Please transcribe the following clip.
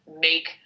make